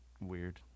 Weird